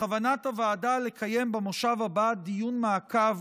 בכוונת הוועדה לקיים במושב הבא דיון מעקב